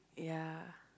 ya